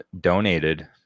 donated